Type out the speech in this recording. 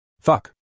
Fuck